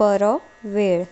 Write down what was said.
बरो वेळ।